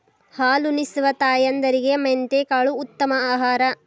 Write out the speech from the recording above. ಹಾಲುನಿಸುವ ತಾಯಂದಿರಿಗೆ ಮೆಂತೆಕಾಳು ಉತ್ತಮ ಆಹಾರ